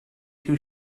too